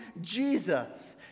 Jesus